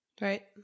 right